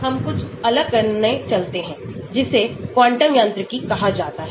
अब हम कुछ अलग करने चलते हैं जिसे क्वांटम यांत्रिकी कहा जाता है